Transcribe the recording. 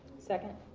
second.